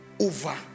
over